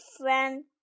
friend